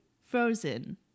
frozen